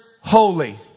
Holy